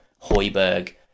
Hoiberg